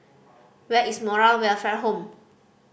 where is Moral Welfare Home